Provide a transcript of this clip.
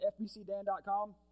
fbcdan.com